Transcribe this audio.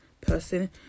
person